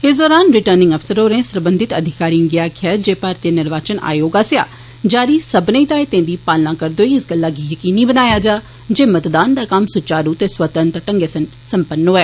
इस दौरान रिटर्निंग अफसर होरें सरबंधत अधिकारियें गी आक्खेआ जे भारतीय निर्वाचन आयोग आस्सेआ जारी सब्मनें हिदायतें दी पालना करदे होई इस गल्लै गी यकीनी बनाया जा जे मतदान दा कम्म सुचारू ते स्वतंत्र ढ़ंगै कन्नै सम्पन्न होए